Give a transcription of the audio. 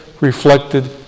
reflected